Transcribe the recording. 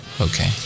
Okay